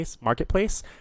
marketplace